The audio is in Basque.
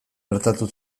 gertatu